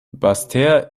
basseterre